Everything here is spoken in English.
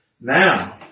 now